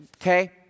Okay